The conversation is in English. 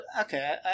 Okay